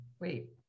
Wait